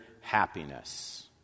happiness